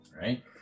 Right